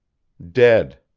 dead.